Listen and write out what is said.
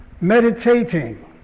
meditating